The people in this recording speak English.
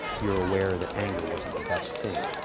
you're aware that anger wasn't the best thing.